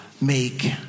make